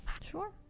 Sure